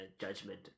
judgment